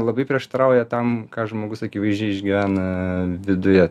labai prieštarauja tam ką žmogus akivaizdžiai išgyvena viduje